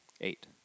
Eight